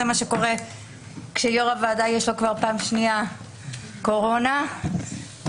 זה מה שקורה כשיושב ראש הוועדה חולה פעם שנייה בקורונה ואצלי